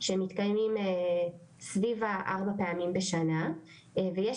שמתקיימים סביב הארבע פעמים בשנה ויש